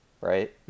Right